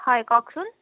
হয় কওকচোন